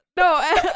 No